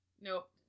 Nope